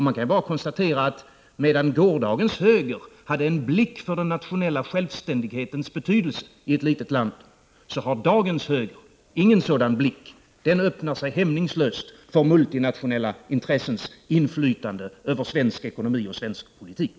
Man kan bara konstatera, att medan gårdagens höger hade blick för den nationella självständighetens betydelse i ett litet land, har dagens höger ingen sådan blick. Högern öppnar sig hämningslöst för multinationella intressens inflytande över svensk ekonomi och svensk politik.